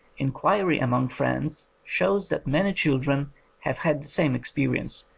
inquiry among friends shows that many children have had the same experience,